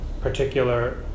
particular